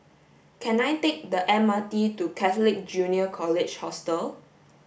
can I take the M R T to Catholic Junior College Hostel